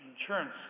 insurance